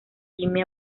jimmy